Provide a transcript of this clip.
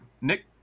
Nick